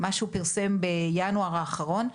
מה שהוא פרסם בינואר האחרון,